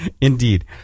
indeed